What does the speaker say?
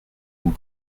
vous